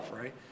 right